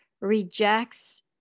rejects